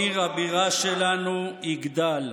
עיר הבירה שלנו, יגדל.